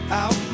out